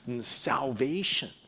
salvation